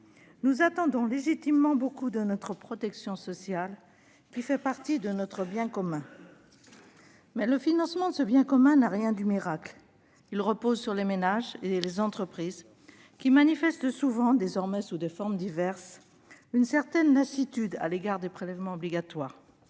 Nous attendons légitimement beaucoup de notre protection sociale, qui fait partie de notre bien commun. Mais le financement de ce bien commun n'a rien du miracle : il repose sur les ménages et les entreprises qui manifestent souvent, désormais, sous des formes diverses, une certaine lassitude à l'égard des prélèvements obligatoires.